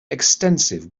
extensive